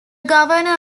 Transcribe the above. governor